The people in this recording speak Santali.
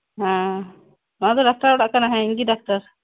ᱦᱮᱸ ᱱᱚᱣᱟ ᱫᱚ ᱰᱟᱠᱛᱟᱨ ᱚᱲᱟᱜ ᱠᱟᱱᱟ ᱤᱧᱜᱮ ᱰᱟᱠᱛᱟᱨ